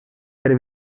per